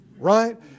Right